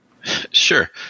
Sure